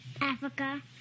Africa